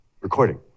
recording